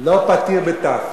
"לא פתיר" לא פתיר, בתי"ו.